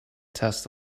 test